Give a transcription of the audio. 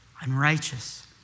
unrighteous